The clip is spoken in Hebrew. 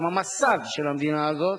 הם המסד של המדינה הזאת,